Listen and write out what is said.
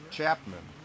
Chapman